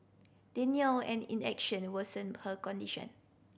denial and inaction worsened her condition